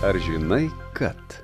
ar žinai kad